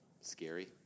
Scary